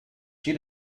she